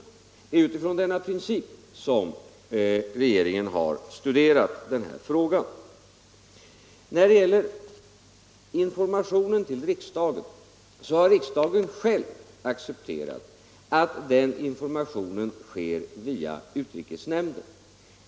Och det är utifrån denna princip som regeringen har sett på denna fråga. När det gäller informationen till riksdagen har riksdagen själv accepterat att den sker via utrikesnämnden.